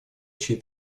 чьи